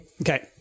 Okay